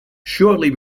shortly